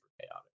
chaotic